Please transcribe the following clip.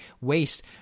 waste